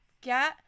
Get